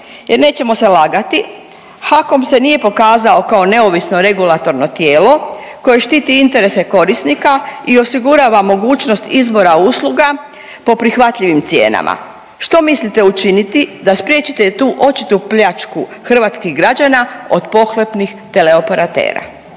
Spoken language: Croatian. jer, nećemo se lagati, HAKOM se nije pokazao kao neovisno regulatorno tijelo koje štiti interese korisnika i osigurava mogućnost izbora usluga po prihvatljivim cijenama. Što mislite učiniti da spriječite tu očitu pljačku hrvatskih građana od pohlepnih teleoperatera?